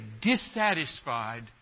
dissatisfied